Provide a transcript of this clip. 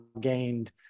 gained